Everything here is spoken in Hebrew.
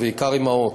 בעיקר אימהות,